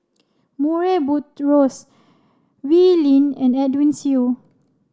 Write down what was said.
Murray Buttrose Wee Lin and Edwin Siew